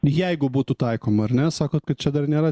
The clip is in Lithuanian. jeigu būtų taikoma ar ne sakot kad čia dar nėra